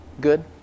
good